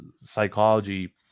psychology